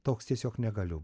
toks tiesiog negaliu